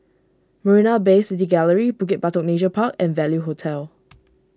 Marina Bay City Gallery Bukit Batok Nature Park and Value Hotel